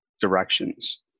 directions